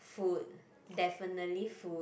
food definitely food